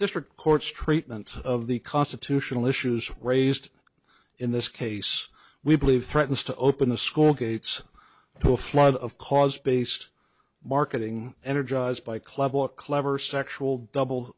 district court's treatment of the constitutional issues raised in this case we believe threatens to open the school gates to a flood of cause based marketing energized by club or clever sexual double